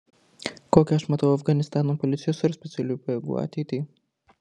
kokią aš matau afganistano policijos ar specialiųjų pajėgų ateitį